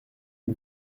une